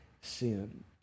sin